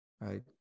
right